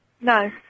No